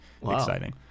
exciting